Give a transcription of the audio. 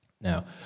Now